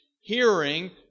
hearing